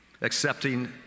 accepting